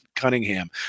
Cunningham